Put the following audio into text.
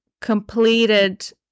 completed